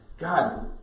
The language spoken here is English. God